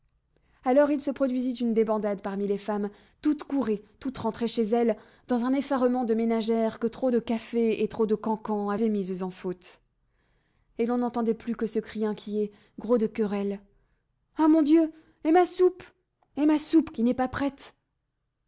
alors il se produisit une débandade parmi les femmes toutes couraient toutes rentraient chez elles dans un effarement de ménagères que trop de café et trop de cancans avaient mises en faute et l'on n'entendait plus que ce cri inquiet gros de querelles ah mon dieu et ma soupe et ma soupe qui n'est pas prête